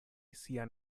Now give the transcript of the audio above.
sian